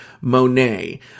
Monet